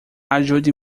ajude